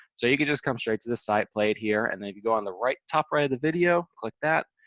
so you could just come straight to this site, play it here, and then if you go on the top-right of the video, click that,